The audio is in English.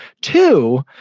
Two